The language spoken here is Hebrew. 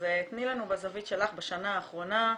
תני לנו מזווית שלך, בשנה האחרונה,